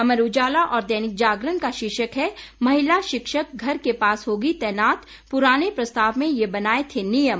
अमर उजाला और दैनिक जागरण का शीर्षक है महिला शिक्षक घर के पास होगी तैनात पुराने प्रस्ताव में ये बनाये थे नियम